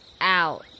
out